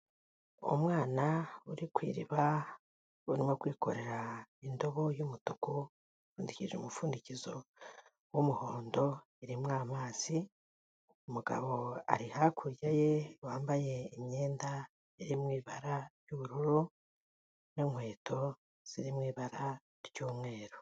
Umwana uri ku iriba urimo kwikorera indobo y'umutuku ipfundikije umupfundikizo w'umuhondo irimo amazi, umugabo ari hakurya ye wambaye imyenda iri mu ibara ry'ubururu n'inkweto ziri mu ibara ry'umweru.